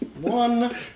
One